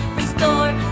restore